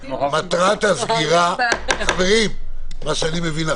מטרת הסגירה לפי מה שאני מבין,